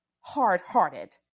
hard-hearted